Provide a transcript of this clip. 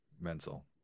Mental